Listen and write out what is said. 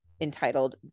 entitled